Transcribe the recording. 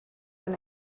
ein